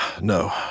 No